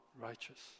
righteous